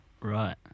Right